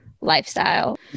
lifestyle